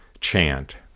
chant